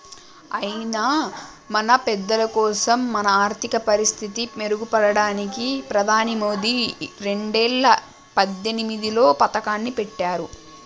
అయినా మన పెద్దలకోసం మన ఆర్థిక పరిస్థితి మెరుగుపడడానికి ప్రధాని మోదీ రెండేల పద్దెనిమిదిలో పథకాన్ని పెట్టారు